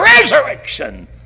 resurrection